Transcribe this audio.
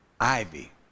Ivy